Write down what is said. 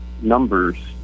numbers